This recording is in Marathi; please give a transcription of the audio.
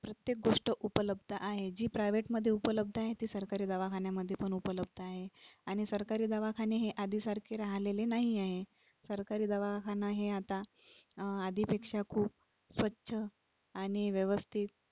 प्रत्येक गोष्ट उपलब्ध आहे जी प्रायवेटमध्ये उपलब्ध आहे ती सरकारी दवाखान्यामध्ये पण उपलब्ध आहे आणि सरकारी दवाखाने हे आधीसारखे राहिलेले नाही आहे सरकारी दवाखाना हे आता आधीपेक्षा खूप स्वच्छ आणि व्यवस्थित